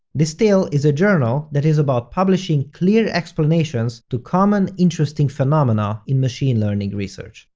distill is a journal that is about publishing clear explanations to common interesting phenomena in machine learning research.